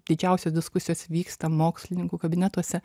didžiausios diskusijos vyksta mokslininkų kabinetuose